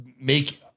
make